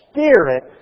Spirit